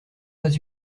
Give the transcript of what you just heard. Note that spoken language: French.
pas